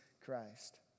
Christ